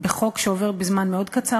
בחוק שעובר בזמן מאוד קצר,